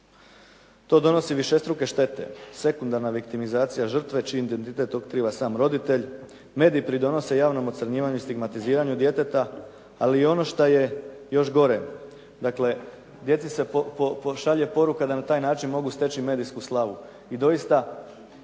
To donosi višestruke štete, sekundarna viktimizacija žrtve čiji identitet otkriva sam roditelj, mediji pridonose javnom ocrnjivanju, stigmatiziranju djeteta, ali ono što je još gore, dakle, djeci se pošalje poruka da na taj način mogu steći medijsku slavu.